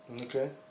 Okay